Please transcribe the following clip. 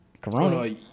Corona